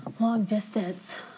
Long-distance